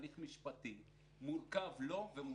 כן לפנות וכן